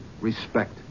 Respect